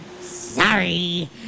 Sorry